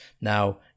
now